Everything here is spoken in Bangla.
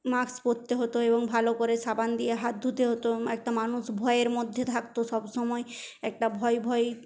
মাস্ক পরতে হত এবং ভালো করে সাবান দিয়ে হাত ধুতে হত একটা মানুষ ভয়ের মধ্যে থাকত সব সময় একটা ভয় ভয়